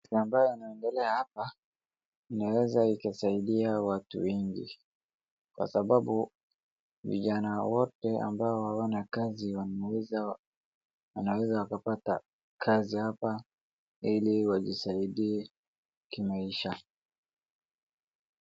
Kitu ambaye inaendelea hapa inaeza ikasaidia watu wengi. Kwa sababu, vijana wote ambao hawana kazi wanaweza wakapata kazi hapa ili wajisaidie kimaisha.